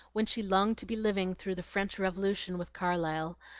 when she longed to be living through the french revolution with carlyle,